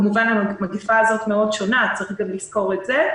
כמובן המגפה הזאת שונה מאוד, צריך לזכור את זה.